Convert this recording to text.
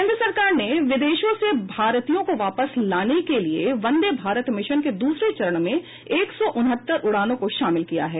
केन्द्र सरकार ने विदेशों से भारतीयों को वापस लाने के लिए वंदे भारत मिशन के दूसरे चरण में एक सौ उनहत्तर उड़ानों को शामिल किया है